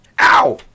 Ow